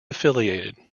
affiliated